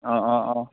অঁ অঁ অঁ